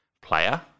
player